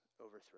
overthrow